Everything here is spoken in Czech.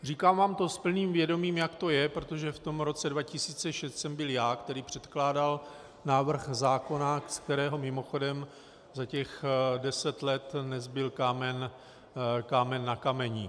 Říkám vám to s plným vědomím, jak to je, protože v tom roce 2006 jsem to byl já, který předkládal návrh zákona, ze kterého mimochodem za těch deset let nezbyl kámen na kameni.